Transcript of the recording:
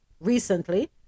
Recently